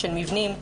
של מבנים,